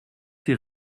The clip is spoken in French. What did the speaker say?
ces